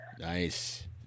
Nice